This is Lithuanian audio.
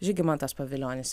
žygimantas pavilionis